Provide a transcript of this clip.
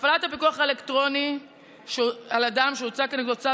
הפעלת הפיקוח האלקטרוני על אדם שהוצא כנגדו צו